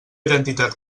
identitat